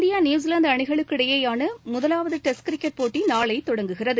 India New Zealand அணிகளுக்கு இடையேயான முதலாவது டெஸ்ட் கிரிக்கெட் போட்டி நாளை தொடங்குகிறது